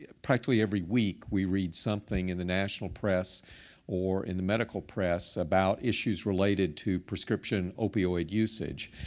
ah practically every week, we read something in the national press or in the medical press about issues related to prescription opioid usage.